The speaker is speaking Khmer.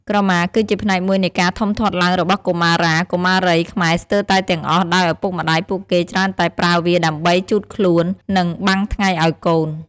ក្រមាគឺជាផ្នែកមួយនៃការធំធាត់ឡើងរបស់កុមារា កុមារីខ្មែរស្ទើតែទាំងអស់ដោយឱពុកម្ដាយពួកគេច្រើនតែប្រើវាដើម្បីជូតខ្លួន និង បាំងថ្ងៃឱ្យកូន។។